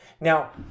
Now